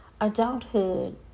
Adulthood